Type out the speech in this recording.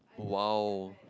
!wow!